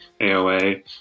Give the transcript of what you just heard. AOA